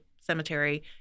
cemetery